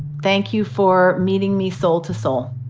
thank you for meeting me soul to soul.